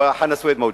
וחנא סוייד מווג'וד.